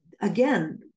again